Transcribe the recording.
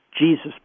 Jesus